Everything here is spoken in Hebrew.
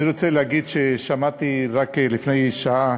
אני רוצה להגיד ששמעתי רק לפני שעה